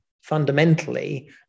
fundamentally